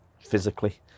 physically